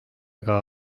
ega